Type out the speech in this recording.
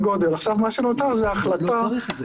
עכשיו מה שנותר זאת ההחלטה -- אז לא צריך את זה.